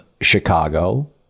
Chicago